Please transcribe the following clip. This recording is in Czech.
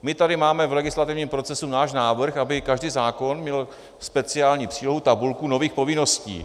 My tady máme v legislativním procesu náš návrh, aby každý zákon měl speciální přílohu, tabulku nových povinností.